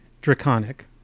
draconic